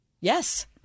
Yes